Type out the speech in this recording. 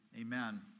amen